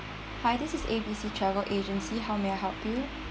hi this is A B C travel agency how may I help you